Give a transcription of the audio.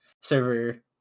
server